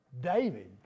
David